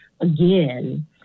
again